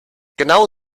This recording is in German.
genau